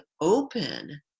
open